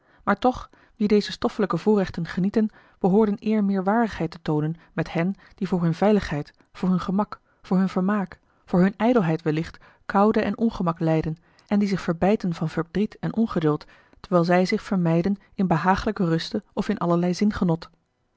maar toch wie deze stoffelijke voorrechten genieten behoorden eer meewarigheid te toonen met hen die voor hunne veiligheid voor hun gemak voor hun vermaak voor hunne ijdelheid wellicht koude en ongemak lijden en die zich verbijten van verdriet en ongeduld terwijl zij zich vermeien in behaaglijke ruste of in allerlei zingenot